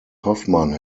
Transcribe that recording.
hoffman